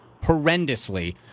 horrendously